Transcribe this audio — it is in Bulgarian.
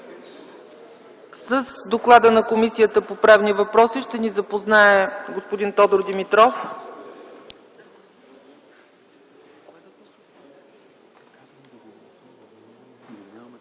С доклада на Комисията по правни въпроси ще ни запознае господин Тодор Димитров.